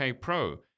Pro